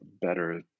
better